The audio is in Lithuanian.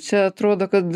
čia atrodo kad